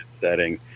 setting